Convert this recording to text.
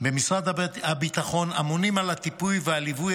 במשרד הביטחון אמונים על הטיפול והליווי